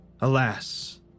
Alas